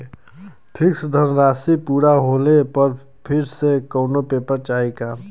Fix धनराशी पूरा होले पर फिर से कौनो पेपर चाही का?